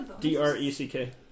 D-R-E-C-K